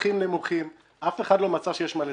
מרווחים נמוכים, אף אחד לא מצא שיש מה לתקן.